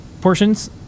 portions